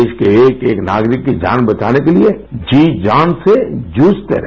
देश के एक एक नागरिक की जान बंचाने के लिए जी जान से जूझते रहे